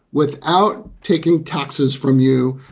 without taking taxes from you.